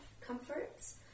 comforts